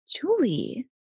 Julie